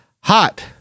hot